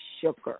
sugar